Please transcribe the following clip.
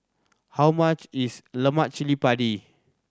how much is lemak cili padi